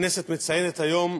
הכנסת מציינת היום